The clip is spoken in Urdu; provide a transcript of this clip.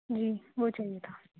جی وہ چاہیے تھا